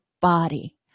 body